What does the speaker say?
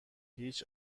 هیچ